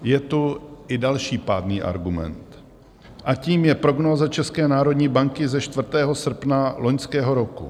Je tu i další pádný argument a tím je prognóza České národní banky ze 4. srpna loňského roku.